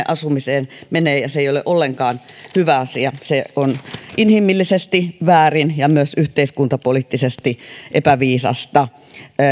asumiseen menee ja se ei ole ollenkaan hyvä asia se on inhimillisesti väärin ja myös yhteiskuntapoliittisesti epäviisasta